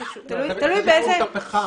הפחם.